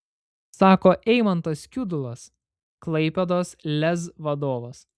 sako eimantas kiudulas klaipėdos lez vadovas